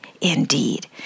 indeed